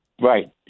right